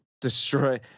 destroy